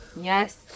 Yes